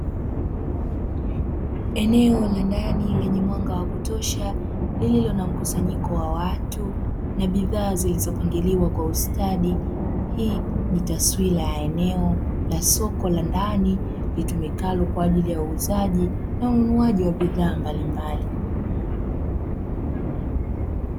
Eneo la ndani lenye mwanga wa kutosha lililo na mkusanyiko wa watu na bidhaa zilizopangiliwa kwa ustadi, hii ni taswira ya eneo la soko la ndani litumikalo kwa ajili ya uuzaji na ununuaji wa bidhaa mbalimbali.